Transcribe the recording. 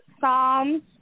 Psalms